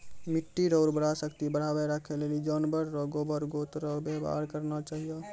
मिट्टी रो उर्वरा शक्ति बढ़ाएं राखै लेली जानवर रो गोबर गोत रो वेवहार करना चाहियो